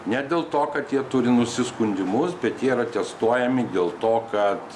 ne dėl to kad jie turi nusiskundimus bet jie yra testuojami dėl to kad